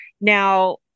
Now